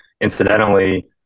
incidentally